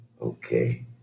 okay